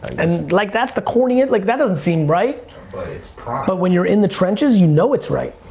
and like that's that's the corny, and like that doesn't seem right. but it's prime. but when you're in the trenches, you know it's right.